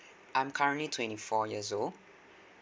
I'm currently twenty four years old